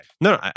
No